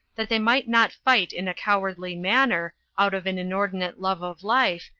that they might not fight in a cowardly manner, out of an inordinate love of life,